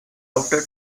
adapted